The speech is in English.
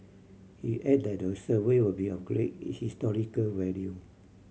he added that the survey would be of great his historical value